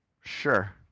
sure